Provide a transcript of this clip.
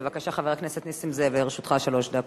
בבקשה, חבר הכנסת נסים זאב, לרשותך שלוש דקות.